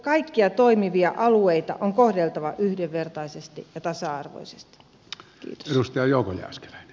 kaikkia toimivia alueita on kohdeltava yhdenvertaisesti ja tasa arvoisesti